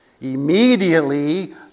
Immediately